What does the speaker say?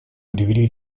привели